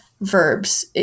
verbs